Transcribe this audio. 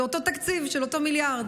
זה אותו תקציב של אותו מיליארד,